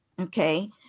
okay